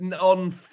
on